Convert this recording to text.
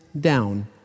down